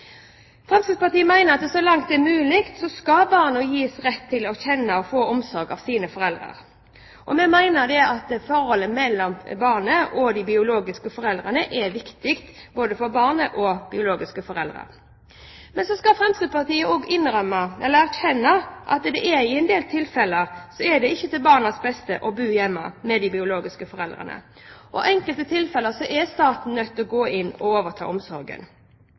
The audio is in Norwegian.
Fremskrittspartiet mener at så langt det er mulig, skal barnet gis rett til å kjenne og få omsorg av sine foreldre. Vi mener at forholdet mellom barnet og de biologiske foreldrene er viktig både for barnet og de biologiske foreldrene. Men så skal Fremskrittspartiet også erkjenne at i en del tilfeller er det ikke til barnets beste å bo hjemme med de biologiske foreldrene, og i enkelte tilfeller er staten nødt til å gå inn og overta omsorgen.